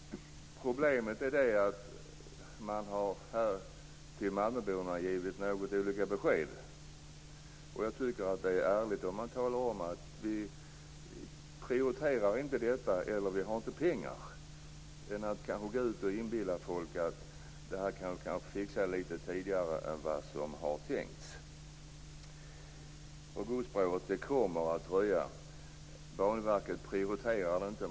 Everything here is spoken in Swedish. Problemet är att man har gett något olika besked till malmöborna. Jag tycker att det är ärligt att tala om att detta inte prioriteras eller att det inte finns pengar, i stället för att inbilla folk att detta kanske kan fixas litet tidigare än vad som är tänkt. Godsspåret kommer att dröja. Banverket prioriterar det inte.